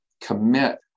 commit